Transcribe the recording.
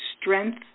strength